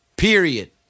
Period